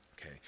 Okay